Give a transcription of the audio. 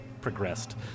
progressed